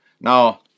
Now